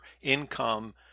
income